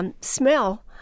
Smell